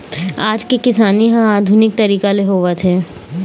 आज के किसानी ह आधुनिक तरीका ले होवत हे